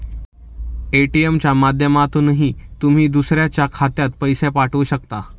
ATM च्या माध्यमातूनही तुम्ही दुसऱ्याच्या खात्यात पैसे पाठवू शकता